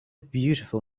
beautiful